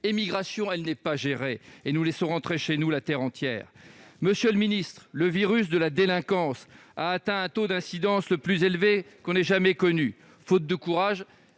l'immigration, elle n'est pas gérée et nous laissons entrer chez nous la terre entière. Le virus de la délinquance a atteint le taux d'incidence le plus élevé que l'on ait jamais connu, faute de courage.